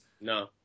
No